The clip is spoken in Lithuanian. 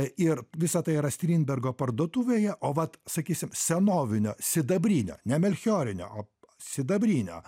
ir visa tai yra strindbergo parduotuvėje o vat sakysim senovinio sidabrinio ne melchiorinio o sidabrinio